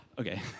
Okay